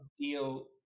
deal